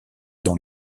dans